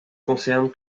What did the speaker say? concerne